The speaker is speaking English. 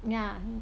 yeah